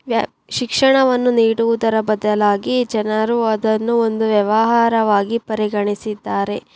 ಶಿಕ್ಷಣವನ್ನು ನೀಡುವುದರ ಬದಲಾಗಿ ಜನರು ಅದನ್ನು ಒಂದು ವ್ಯವಹಾರವಾಗಿ ಪರಿಗಣಿಸಿದ್ದಾರೆ